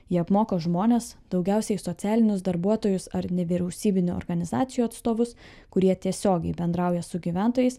jie apmoko žmones daugiausiai socialinius darbuotojus ar nevyriausybinių organizacijų atstovus kurie tiesiogiai bendrauja su gyventojais